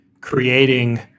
creating